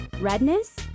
Redness